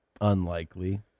unlikely